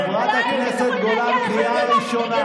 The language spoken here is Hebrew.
חברת הכנסת גולן, מספיק.